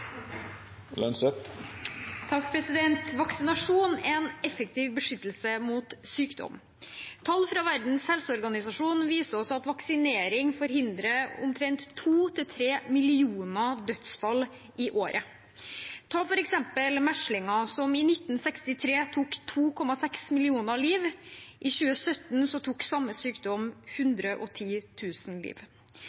Vaksinasjon er en effektiv beskyttelse mot sykdom. Tall fra Verdens helseorganisasjon viser oss at vaksinering forhindrer omtrent 2–3 millioner dødsfall i året. Ta f.eks. meslinger, som i 1963 tok 2,6 millioner liv. I 2017 tok samme sykdom